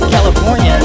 California